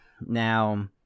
Now